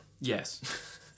Yes